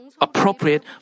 appropriate